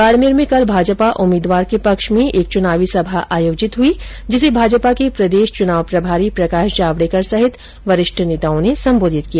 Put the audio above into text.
बाड़मेर में कल भाजपा उम्मीदवार के पक्ष में एक चुनावी सभा आयोजित हुई जिसे भाजपा के प्रदेश चुनाव प्रभारी प्रकाश जावडेकर सहित वरिष्ठ नेताओं ने संबोधित किया